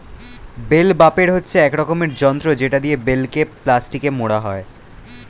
bell wrapper হচ্ছে এক রকমের যন্ত্র যেটা দিয়ে বেলকে প্লাস্টিকে মোড়া হয়